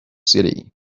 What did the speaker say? city